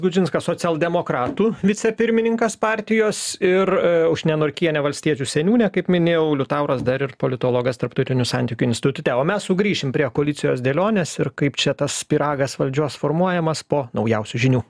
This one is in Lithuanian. gudžinskas socialdemokratų vicepirmininkas partijos ir aušrinė norkienė valstiečių seniūnė kaip minėjau liutauras dar ir politologas tarptautinių santykių institute o mes sugrįšim prie koalicijos dėlionės ir kaip čia tas pyragas valdžios formuojamas po naujausių žinių